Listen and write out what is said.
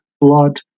blood